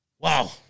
Wow